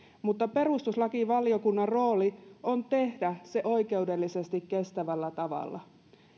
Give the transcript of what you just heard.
perustuslakivaliokunnan rooli on tehdä se oikeudellisesti kestävällä tavalla